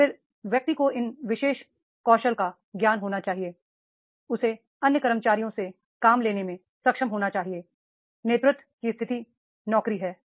फिर व्यक्ति को इन विशेष कौशल का ज्ञान होना चाहिए उसे अन्य कर्मचारियों से काम लेने में सक्षम होना चाहिए नेतृत्व की स्थिति नौकरी है